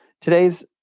today's